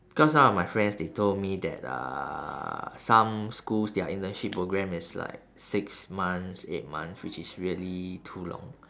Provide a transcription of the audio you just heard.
cause some of my friends they told me that uh some schools their internship program is like six months eight months which is really too long